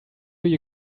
you